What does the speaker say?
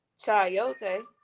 Chayote